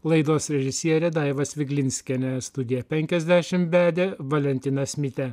laidos režisierė daiva sviglinskienė studiją penkiasdešim vedė valentinas mitė